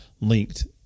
linked